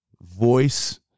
voice